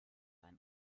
ein